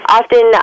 often